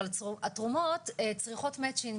אבל התרומות צריכות מצ'ינג